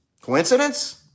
Coincidence